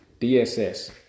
DSS